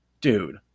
dude